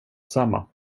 samma